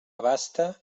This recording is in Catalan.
abaste